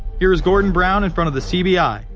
here's gordon brown in front of the cbi.